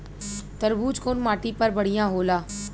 तरबूज कउन माटी पर बढ़ीया होला?